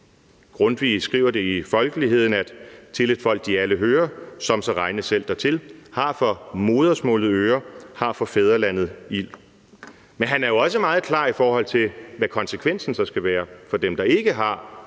Grundtvig skriver i »Folkeligheden«: »Til et Folk de alle hører,/Som sig regne selv dertil,/Har for Modersmaalet Øre,/Har for Fædrelandet Ild«. Men han er jo også meget klar, i forhold til hvad konsekvensen så skal være for dem, der ikke har